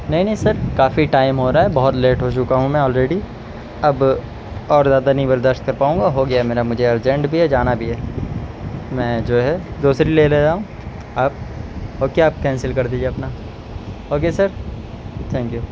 نہیں نہیں سر کافی ٹائم ہو رہا ہے بہت لیٹ ہو چکا ہوں میں آلریڈی اب اور زیادہ نہیں برداشت کر پاؤں گا ہو گیا ہے میرا مجھے ارجنٹ بھی ہے جانا بھی ہے میں جو ہے دوسری لے لے رہا ہوں آپ او کے آپ کینسل کر دیجیے اپنا okay sir thank you